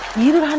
you don't